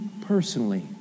personally